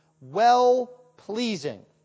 well-pleasing